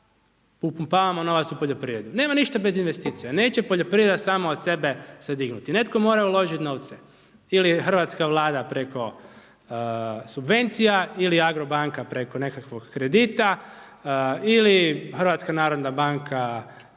upumpavamo novac u poljoprivredu, nema ništa bez investicija. Neće poljoprivreda sama od sebe se dignuti. Netko mora uložiti novce ili hrvatska vlada preko subvencija ili AGRO banka preko nekakvog kredita ili HNB na više načina,